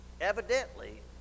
evidently